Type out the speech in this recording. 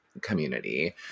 community